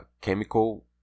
chemical